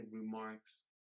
remarks